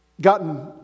gotten